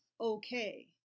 okay